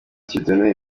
dieudonne